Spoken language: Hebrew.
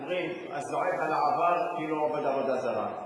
אומרים: הזועק על העבר כאילו עובד עבודה זרה.